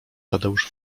tadeusz